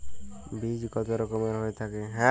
বীজ কত রকমের হয়ে থাকে?